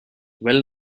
well